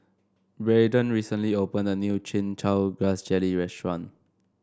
Braden recently opened a new Chin Chow Grass Jelly restaurant